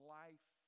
life